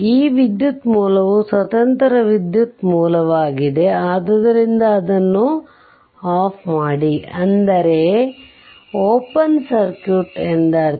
ಈ ವಿದ್ಯುತ್ ಮೂಲವು ಸ್ವತಂತ್ರ ವಿದ್ಯುತ್ ಮೂಲವಾಗಿದೆ ಆದ್ದರಿಂದ ಅದನ್ನು ಆಫ್ ಮಾಡಿ ಅಂದರೆ ಓಪನ್ ಸರ್ಕ್ಯೂಟ್ ಎಂದರ್ಥ